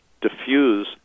diffuse